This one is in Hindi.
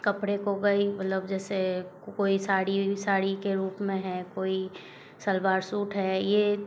कपड़े को कई मतलब जैसे कोई साड़ी साड़ी के रूप में है कोई सलवार सूट है यह